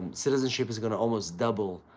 citizenship is going to almost double,